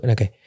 Okay